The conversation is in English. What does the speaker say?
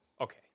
okay